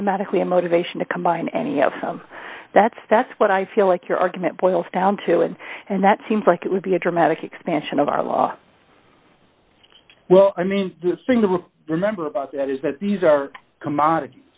automatically a motivation to combine any of that's that's what i feel like your argument boils down to and and that seems like it would be a dramatic expansion of our law well i mean the thing that we're remember about that is that these are commodit